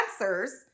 answers